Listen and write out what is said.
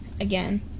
again